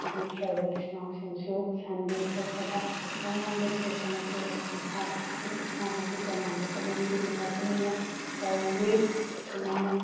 ꯑꯗꯒꯤ ꯇ꯭ꯔꯥꯏꯕꯦꯜ ꯏꯆꯤꯟ ꯏꯅꯥꯎꯁꯤꯡꯁꯨ ꯁꯟꯗꯦ ꯆꯠꯄꯗ ꯃꯣꯏꯒꯤ ꯇꯣꯡꯉꯥꯏꯟꯕ ꯗ꯭ꯔꯦꯁ ꯑꯃ ꯁꯦꯠꯂꯒ ꯃꯁꯥꯒꯤ ꯍꯥꯏꯕꯗꯤ ꯃꯥ ꯃꯥꯥꯔꯤ ꯇꯣꯉꯥꯟꯕ ꯆꯠꯅꯕꯤꯗꯨꯒꯤ ꯃꯇꯨꯡ ꯏꯟꯅ ꯇꯧꯏ ꯑꯁꯨꯝꯃꯥꯏꯅ